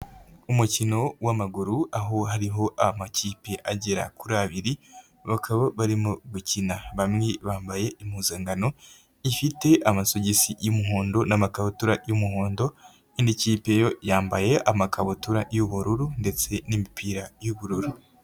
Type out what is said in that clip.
Umukino w'amaguru aho hariho amakipe agera kuri abiri bakaba barimo gukina, bamwe bambaye impuzankano ifite amasogisi y'umuhondo n'amakabutura y'umuhondo, iyindi kipe yo yambaye amakabutura y'ubururu ndetse n'imipira y'ubururu.